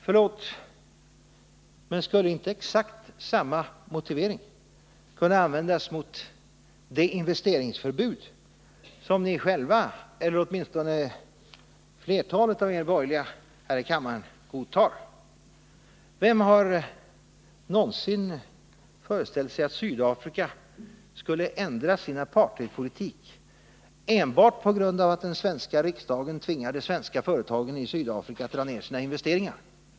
Förlåt, men skulle inte exakt samma motivering kunna användas mot det investeringsförbud som ni själva — eller åtminstone flertalet av er borgerliga häri kammaren — godtar? Vem har någonsin föreställt sig att Sydafrika skulle ändra sin apartheidpolitik enbart på grund av att den svenska riksdagen tvingar de svenska företagen i Sydafrika att dra ner sina investeringar?